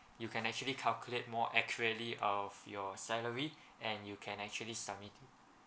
you can actually calculate more accurately of your salary and you can actually submit it